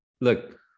look